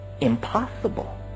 impossible